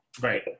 right